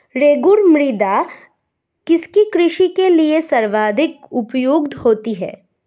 रेगुड़ मृदा किसकी कृषि के लिए सर्वाधिक उपयुक्त होती है?